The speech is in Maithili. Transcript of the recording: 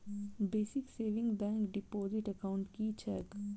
Basic savings bank deposit account की छैक?